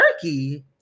turkey